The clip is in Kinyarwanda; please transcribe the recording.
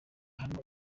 hano